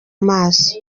maso